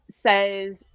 says